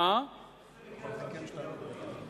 מאיפה הגעת ל-50 מיליארד דולר?